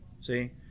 See